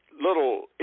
little